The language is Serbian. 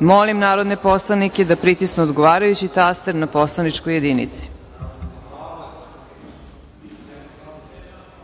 Molim narodne poslanike da pritisnu odgovarajući taster na poslaničkoj